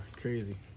crazy